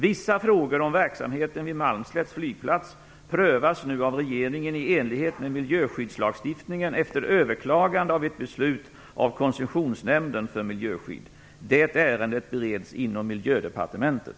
Vissa frågor om verksamheten vid Malmslätts flygplats prövas nu av regeringen i enlighet med miljöskyddslagstiftningen efter överklagande av Koncessionsnämnden för miljöskydd. Det ärendet bereds inom Miljödepartementet.